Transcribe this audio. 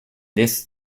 lists